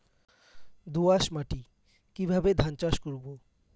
দোয়াস মাটি কিভাবে ধান চাষ করব?